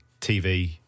TV